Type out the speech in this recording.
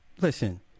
Listen